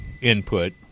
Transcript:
input